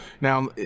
Now